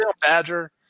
badger